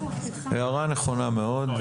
הערה נכונה מאוד.